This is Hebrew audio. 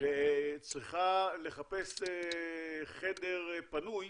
שצריכה לחפש חדר פנוי